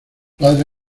padre